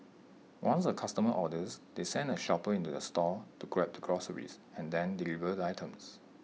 once A customer orders they send A shopper into the store to grab the groceries and then deliver the items